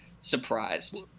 surprised